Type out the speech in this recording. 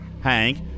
Hank